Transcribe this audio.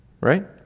Right